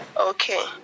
Okay